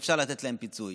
שאפשר לתת להם פיצוי.